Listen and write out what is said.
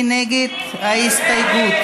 מי נגד ההסתייגות?